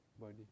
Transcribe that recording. body